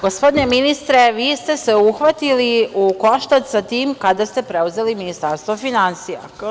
Gospodine ministre, vi ste se uhvatili u koštac sa tim kada ste preuzeli Ministarstvo finansija.